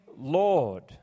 lord